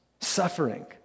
suffering